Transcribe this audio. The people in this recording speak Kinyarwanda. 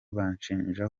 bashingira